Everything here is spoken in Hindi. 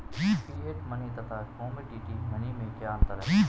फिएट मनी तथा कमोडिटी मनी में क्या अंतर है?